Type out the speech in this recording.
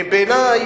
בעיני,